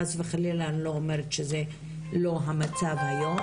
חס וחלילה אני לא אומרת שזה לא המצב היום,